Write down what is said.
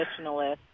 traditionalist